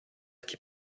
qui